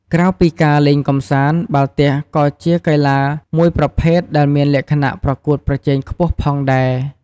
ក្រៅពីការលេងកម្សាន្ត បាល់ទះក៏ជាកីឡាមួយប្រភេទដែលមានលក្ខណៈប្រកួតប្រជែងខ្ពស់ផងដែរ។